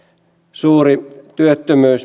suuri työttömyys